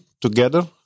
together